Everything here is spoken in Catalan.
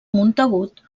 montagut